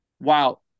wow